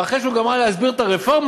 ואחרי שהוא גמר להסביר את הרפורמה,